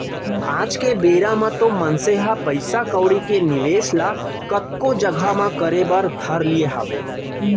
आज के बेरा म तो मनसे ह पइसा कउड़ी के निवेस ल कतको जघा म करे बर धर लिये हावय